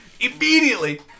Immediately